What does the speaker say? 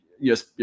Yes